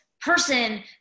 person